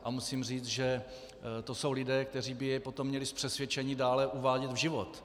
A musím říct, že to jsou lidé, kteří by jej potom měli z přesvědčení dále uvádět v život.